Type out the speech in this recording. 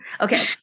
Okay